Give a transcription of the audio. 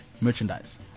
merchandise